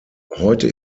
heute